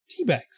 Teabags